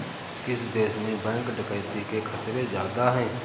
किस देश में बैंक डकैती के खतरे ज्यादा हैं?